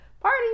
party